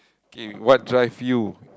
okay what drive you